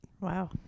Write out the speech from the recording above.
Wow